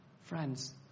Friends